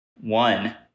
One